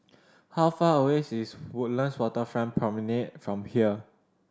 how far away is Woodlands Waterfront Promenade from here